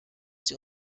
sie